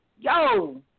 Yo